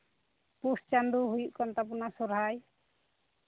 ᱯᱩᱥ ᱪᱟᱸᱫᱚ ᱦᱩᱭᱩᱜ ᱠᱟᱱ ᱛᱟᱵᱚᱱᱟ ᱥᱚᱨᱦᱟᱭ